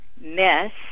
miss